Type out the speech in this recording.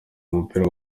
umupira